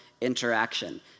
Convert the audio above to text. interaction